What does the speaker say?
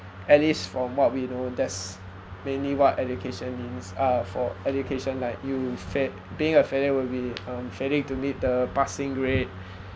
at least from what we know that's mainly what education means uh for education like you fai~ being a failure will be um failing to meet the passing grade